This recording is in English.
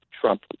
Trump